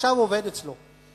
עכשיו עובד אצלו.